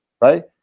right